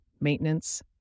maintenance